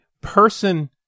person